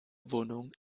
wohnung